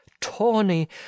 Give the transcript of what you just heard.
tawny